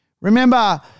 Remember